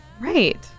right